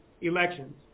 elections